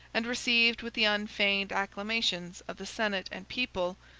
and received with the unfeigned acclamations of the senate and people,